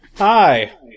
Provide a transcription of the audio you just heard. Hi